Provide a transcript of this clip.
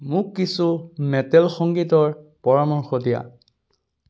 মোক কিছু মেটেল সংগীতৰ পৰামৰ্শ দিয়া